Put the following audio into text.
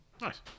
Nice